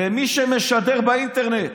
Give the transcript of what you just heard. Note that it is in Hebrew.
ומי שמשדר באינטרנט,